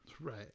Right